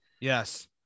Yes